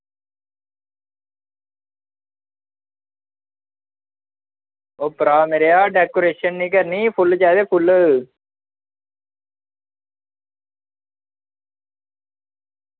ओह् भ्रा मेरेआ डेकोरेशन निं चाहिदी फुल्ल चाहिदे फुल्ल